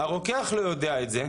הרוקח לא יודע את זה.